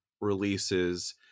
releases